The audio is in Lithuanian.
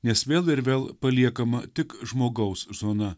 nes vėl ir vėl paliekama tik žmogaus zona